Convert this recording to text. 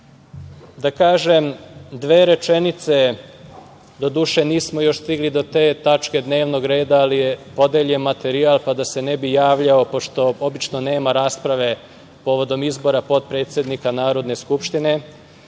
kažem dve rečenice, doduše nismo još stigli do te tačke dnevnog reda, ali je podeljen materijal, pa da se ne bih javljao pošto obično nema rasprave povodom izbora potpredsednika Narodne skupštine,